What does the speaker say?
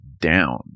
down